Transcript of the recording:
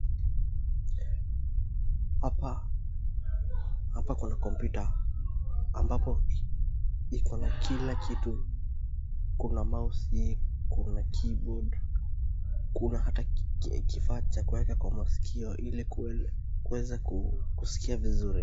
Hapa hapa kuna kompyuta ambapo iko na kila kitu. Kuna mouse , kuna keyboard , kuna hata kifaa cha kuweka kwa masikio ili kuweza kusikia vizuri.